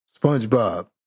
Spongebob